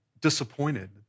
disappointed